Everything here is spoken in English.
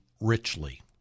richly